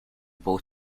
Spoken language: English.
bow